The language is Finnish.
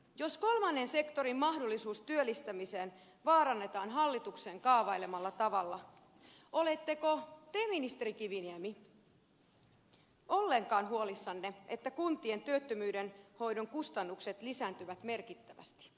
jos kolmannen sektorin mahdollisuus työllistämiseen vaarannetaan hallituksen kaavailemalla tavalla oletteko te ministeri kiviniemi ollenkaan huolissanne että kuntien työttömyydenhoidon kustannukset lisääntyvät merkittävästi